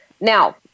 now